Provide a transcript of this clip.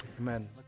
amen